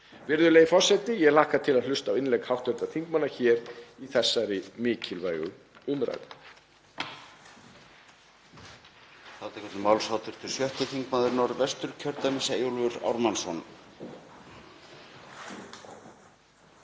Virðulegi forseti. Ég hlakka til að hlusta á innlegg hv. þingmanna hér í þessari mikilvægu umræðu.